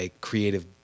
creative